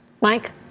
Mike